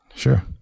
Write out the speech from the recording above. Sure